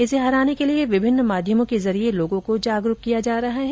इसे हराने के लिए विभिन्न माध्यमों के जरिये लोगों को जागरूक किया जा रहा है